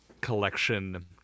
collection